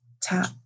tap